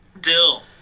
Dill